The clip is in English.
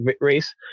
race